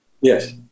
Yes